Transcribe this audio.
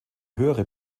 höhere